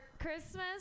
Christmas